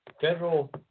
federal